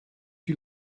you